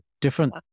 different